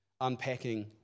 unpacking